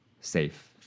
safe